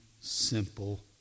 simple